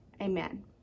Amen